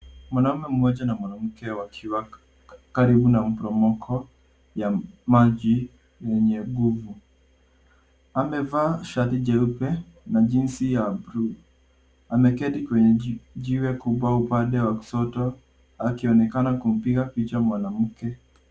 Mwanaume mmoja na mwanamke wakiwa karibu na mporomoko, ya maji yenye nguvu. Amevaa shati jeupe, na jeansi ya bluu. Ameketi kwenye jiwe kubwa upande wa kushoto, akionekana kumpiga picha mwanamke.